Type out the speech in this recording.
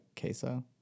queso